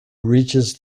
reaches